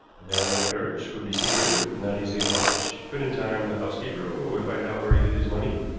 a man like parrish would be secretive, not easy to watch but in time the housekeeper would find out where he hid his money,